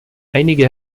einige